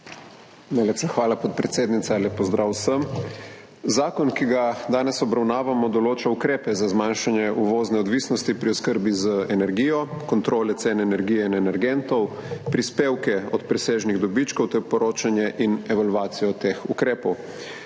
hvala podpredsednica. Lep pozdrav vsem! Zakon, ki ga danes obravnavamo, določa ukrepe za zmanjšanje uvozne odvisnosti pri oskrbi z energijo, kontrole cen energije in energentov, prispevke od presežnih dobičkov ter poročanje in evalvacijo teh ukrepov.